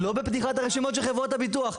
ולא בפתיחת הרשימות של חברות הביטוח,